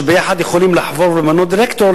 שביחד יכולים לחבור למנות דירקטור,